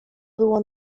było